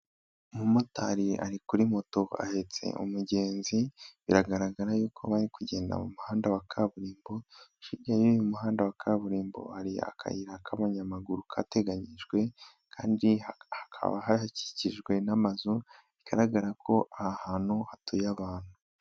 Umumotari ari kuri moto ahetse umugenzi biragaragara yuko bari kugenda mu muhanda wa kaburimbo , hirya y'umuhanda wa kaburimbo hari akayira k'abanyamaguru kateganyijwe kandi hakaba hakikijwe n'amazu bigaragara ko aha hantu hatuye abantu.